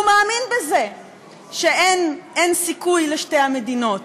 הוא מאמין בזה שאין סיכוי לשתי המדינות.